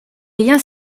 rien